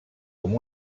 com